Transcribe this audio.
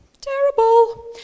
Terrible